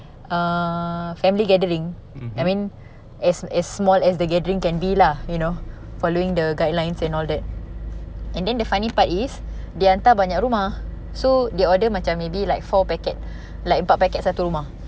err family gathering I mean as as small as the gathering can be lah you know following the guidelines and all that and then the funny part is dia hantar banyak rumah so they order macam maybe like four packet like empat packet satu rumah